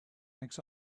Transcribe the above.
next